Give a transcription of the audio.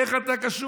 איך אתה קשור?